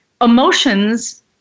emotions